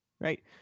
right